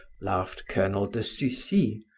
laughed colonel de sucy.